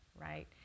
right